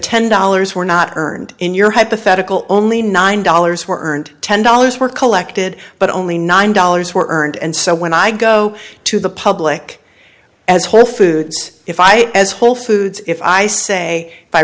ten dollars were not earned in your hypothetical only nine dollars were and ten dollars were collected but only nine dollars were earned and so when i go to the public as whole foods if i as whole foods if i say